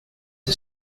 are